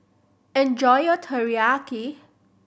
enjoy your Teriyaki